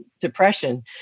Depression